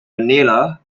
manila